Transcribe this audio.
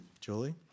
Julie